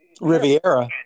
Riviera